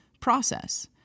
process